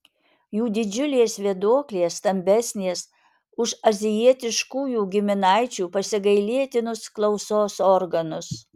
jų didžiulės vėduoklės stambesnės už azijietiškųjų giminaičių pasigailėtinus klausos organus